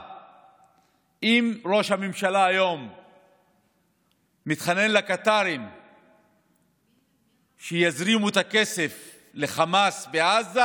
אם ראש הממשלה מתחנן היום לקטרים שיזרימו את הכסף לחמאס בעזה,